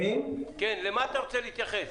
אני רוצה להתייחס